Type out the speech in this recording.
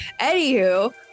Anywho